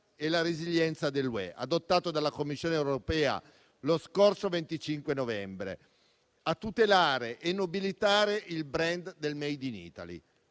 e la resilienza dell'Unione europea, adottato dalla Commissione europea lo scorso 25 novembre, a tutelare e nobilitare il *brand* del *made in Italy*.